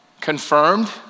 confirmed